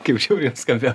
kaip žiauriai nuskambėjo